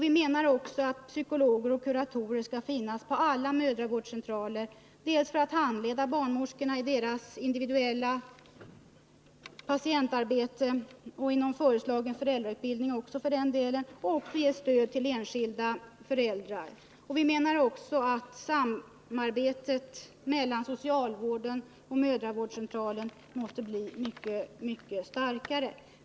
Vi menar att det skall finnas psykologer och kuratorer på alla mödravårdscentraler, för att handleda barnmorskorna i deras individuella patientarbete — och för den delen också inom den föreslagna föräldrautbildningen — och för att ge stöd till enskilda föräldrar. Vidare måste samarbetet mellan socialvården och mödravårdscentralen bli mycket bättre.